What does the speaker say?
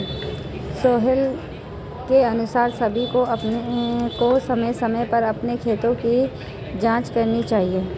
सोहेल के अनुसार सभी को समय समय पर अपने खाते की जांच करनी चाहिए